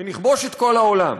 ונכבוש את כל העולם.